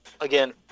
again